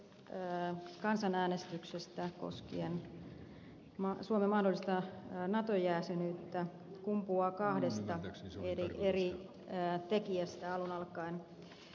aloitteeni kansanäänestyksestä koskien suomen mahdollista nato jäsenyyttä kumpuaa kahdesta eri tekijästä alun alkaen